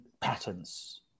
patterns